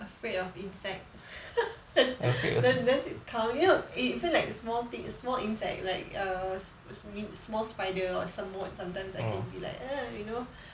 afraid of insect does it count you know even like the small thing small insect like err small spider or semut sometimes I can be like you know